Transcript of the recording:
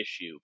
issue